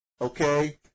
Okay